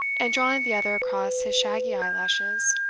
and drawing the other across his shaggy eyelashes,